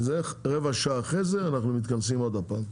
רבע שעה אחרי זה אנחנו מתכנסים עוד פעם.